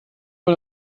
man